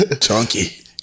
Chunky